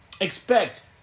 expect